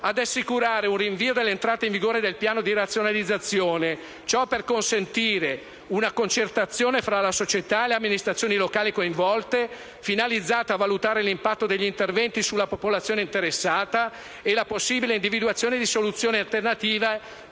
8) assicurare un rinvio dell'entrata in vigore del piano di razionalizzazione, ciò per consentire una concertazione fra la società e le amministrazioni locali coinvolte, finalizzata a valutare l'impatto degli interventi sulla popolazione interessata e la possibile individuazione di soluzioni alternative